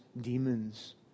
demons